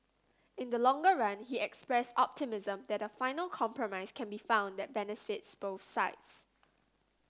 in the longer run he expressed optimism that a final compromise can be found that benefits both sides